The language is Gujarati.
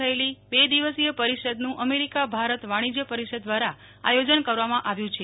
થયેલી બે દિવસીય પરિષદનું અમેરિકા ભારત વાણિજય પરિષદ દ્વારા આયોજન કરવામાં આવ્યું છે